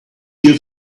here